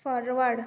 forward